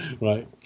Right